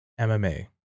MMA